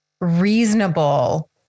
reasonable